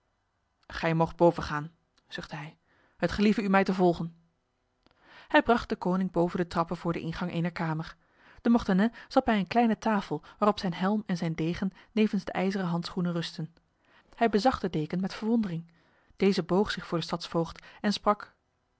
gij moogt boven gaan zuchtte hij het gelieve u mij te volgen hij bracht deconinck boven de trappen voor de ingang ener kamer de mortenay zat bij een kleine tafel waarop zijn helm en zijn degen nevens de ijzeren handschoenen rustten hij bezag de deken met verwondering deze boog zich voor de stadsvoogd en sprak